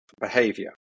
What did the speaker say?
behavior